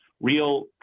real